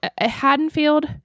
Haddonfield